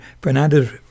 Fernandez